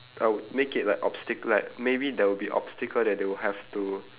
I would make it like obstac~ like maybe there will be obstacle that they will have to